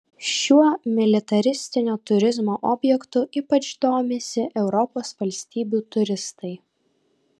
šiuo militaristinio turizmo objektu ypač domisi europos valstybių turistai